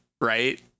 right